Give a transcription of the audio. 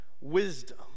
Wisdom